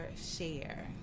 share